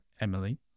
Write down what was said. Emily